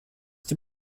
die